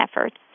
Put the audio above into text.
efforts